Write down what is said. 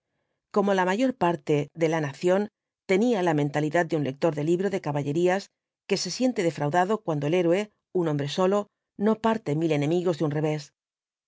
como la mayor parte de la nación tenía la mentalidad de un lector de libro de caballerías que se siente defraudado cuando el héroe un hombre solo no parte mil enemigos de un revés